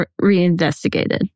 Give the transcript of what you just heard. reinvestigated